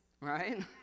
right